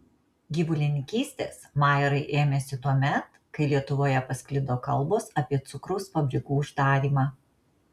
gyvulininkystės majerai ėmėsi tuomet kai lietuvoje pasklido kalbos apie cukraus fabrikų uždarymą